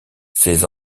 ses